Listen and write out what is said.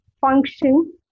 function